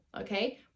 Okay